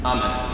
Amen